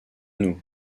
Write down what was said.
nous